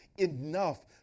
enough